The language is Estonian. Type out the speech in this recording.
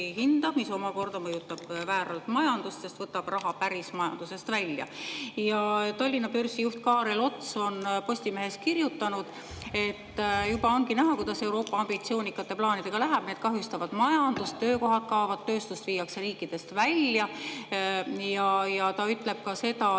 mis omakorda mõjutab majandust, sest võtab raha päris majandusest välja. Tallinna börsi juht Kaarel Ots on Postimehes kirjutanud, et juba ongi näha, kuidas Euroopa ambitsioonikate plaanidega läheb: need kahjustavad majandust, töökohad kaovad, tööstust viiakse riikidest välja. Ja ta ütleb ka seda, et